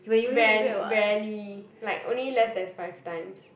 rare rarely like only less than five times